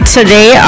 Today